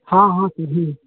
हाँ हाँ जी जी